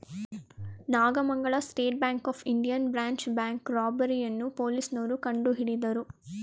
Nagamangala State Bank of India branch bank robbery ಅನ್ನೋ ಪೊಲೀಸ್ನೋರು ಕಂಡುಹಿಡಿದರು